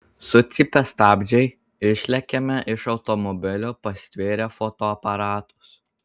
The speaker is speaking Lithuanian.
sucypia stabdžiai išlekiame iš automobilio pastvėrę fotoaparatus